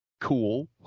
cool